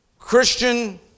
Christian